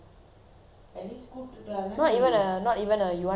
not even a not even a you want to come or what no ah